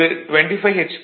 ஒரு 25 எச்